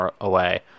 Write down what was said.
away